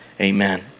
Amen